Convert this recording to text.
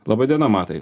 laba diena matai